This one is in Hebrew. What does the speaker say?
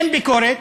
אין ביקורת,